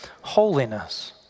holiness